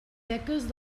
beques